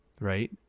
Right